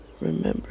remember